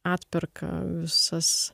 atperka visas